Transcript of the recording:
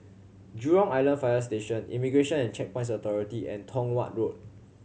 Jurong Island Fire Station Immigration and Checkpoints Authority and Tong Watt Road